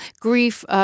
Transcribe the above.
Grief